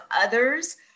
others